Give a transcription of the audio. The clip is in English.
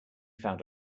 found